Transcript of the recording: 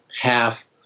half